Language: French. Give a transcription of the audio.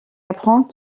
apprend